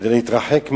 כדי להתרחק מהעריות.